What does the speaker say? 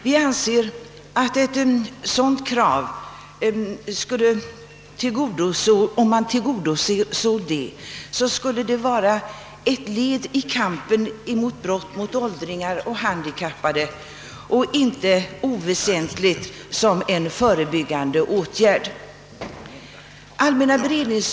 Att införa ett sådant krav skulle vara en icke oväsentlig förebyggande åtgärd vid bekämpandet av brott mot åldringar och handikappade.